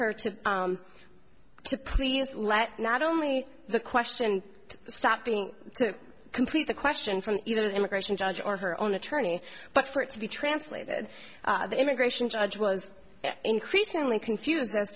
her to to please let not only the question stop being so complete the question from you know the immigration judge or her own attorney but for it to be translated the immigration judge was increasingly confused as